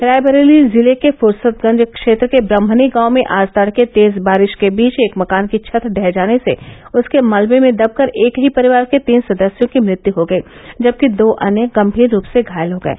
रायबरेली जिले के फूर्सतगंज क्षेत्र के ब्रम्हनी गांव में आज तड़के तेज बारिश के बीच एक मकान की छत ढ़ह जाने से उसके मलबे में दबकर एक ही परिवार के तीन सदस्यों की मृत्यु हो गयी जबकि दो अन्य गम्भीर रूप से घायल हो गये